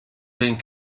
being